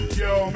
yo